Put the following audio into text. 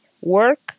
work